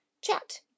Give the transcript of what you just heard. chat